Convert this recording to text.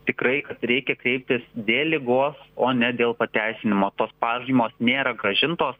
tikrai kad reikia kreiptis dėl ligos o ne dėl pateisinimo tos pažymos nėra grąžintos